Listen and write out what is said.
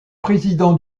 président